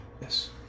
Yes